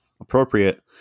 appropriate